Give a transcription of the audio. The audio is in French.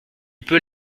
peut